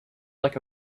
like